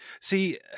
See